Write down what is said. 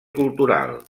cultural